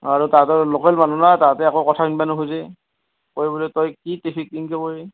আৰু তাহাঁতৰ লোকেল মানুহ না তাহাঁতেও একো কথা শুনবাই নোখোজে কয় বুলি কয় তই কি ট্ৰেফিক পিনলি কৈ